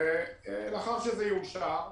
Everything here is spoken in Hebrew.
ולאחר שזה יאושר,